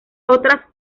otras